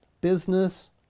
business